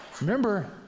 remember